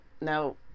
no